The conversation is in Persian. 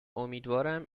امیدوارم